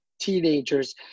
teenagers